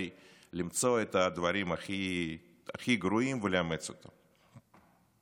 למצוא את הדברים הכי גרועים ולאמץ אותם.